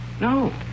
No